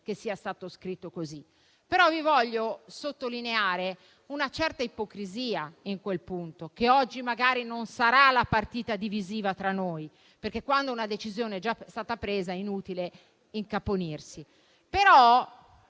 che sia stato scritto così. Voglio però sottolineare una certa ipocrisia in quel punto, che oggi magari non sarà la partita divisiva tra noi perché, quando una decisione è già stata presa, è inutile incaponirsi.